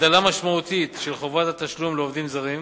הגדלה משמעותית של חובות התשלום לעובדים הזרים